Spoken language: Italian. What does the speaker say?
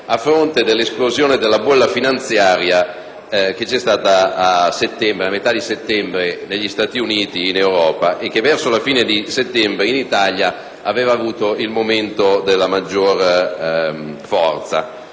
a fronte dell'esplosione della bolla finanziaria che si è verificata a metà settembre negli Stati Uniti e in Europa e che, verso la fine di settembre, in Italia aveva avuto il momento di maggiore forza.